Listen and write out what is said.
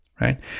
right